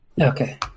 Okay